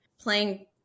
playing